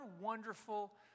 wonderful